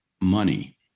money